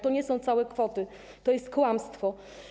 To nie są całe kwoty, to jest kłamstwo.